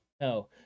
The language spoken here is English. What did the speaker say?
no